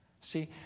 See